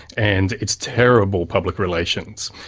and it's terrible public relations.